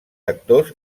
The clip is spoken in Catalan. actors